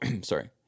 sorry